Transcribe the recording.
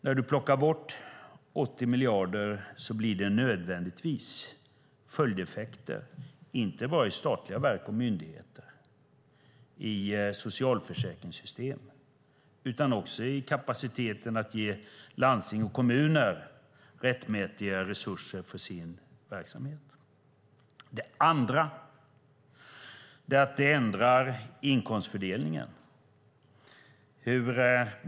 När man tar bort 80 miljarder blir det nödvändigtvis följdeffekter, inte bara i statliga verk och myndigheter och i socialförsäkringssystemet utan också i kapaciteten att ge landsting och kommuner rättmätiga resurser för sin verksamhet. Det andra är att det ändrar inkomstfördelningen.